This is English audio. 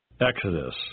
Exodus